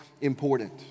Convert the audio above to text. important